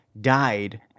died